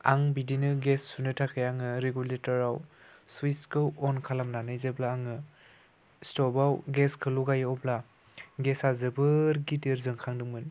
आं बिदिनो गेस सुनो थाखाय आङो रेगुलेटराव सुइसखौ अन खालामनानै जेब्ला आङो स्टभआव गेसखौ लगायो अब्ला गेसआ जोबोर गिदिर जोंखांदोंमोन